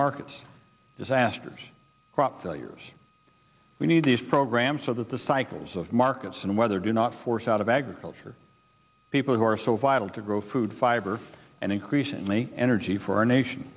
markets disasters crop failures we need these programs so that the cycles of markets and weather do not force out of agriculture people who are so vital to grow food fiber and increasingly energy for our nation